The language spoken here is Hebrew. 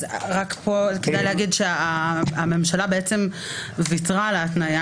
פה כדאי להגיד שהממשלה בעצם ויתרה על התניה,